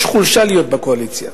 יש חולשה בלהיות בקואליציה.